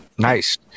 nice